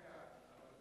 רגע.